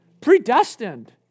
Predestined